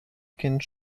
kind